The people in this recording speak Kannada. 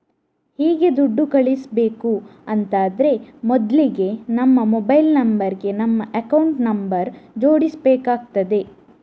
ಹೀಗೆ ದುಡ್ಡು ಕಳಿಸ್ಬೇಕು ಅಂತಾದ್ರೆ ಮೊದ್ಲಿಗೆ ನಮ್ಮ ಮೊಬೈಲ್ ನಂಬರ್ ಗೆ ನಮ್ಮ ಅಕೌಂಟ್ ನಂಬರ್ ಜೋಡಿಸ್ಬೇಕಾಗ್ತದೆ